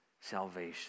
salvation